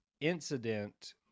incident